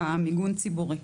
המיגון הציבורי.